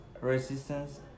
resistance